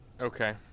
okay